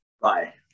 Bye